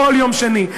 כל יום שני,